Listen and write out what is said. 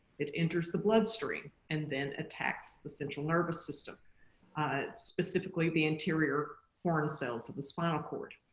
it enters the bloodstream and then attacks the central nervous system specifically the anterior horn cells of the spinal cord.